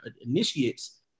initiates